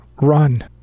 Run